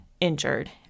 injured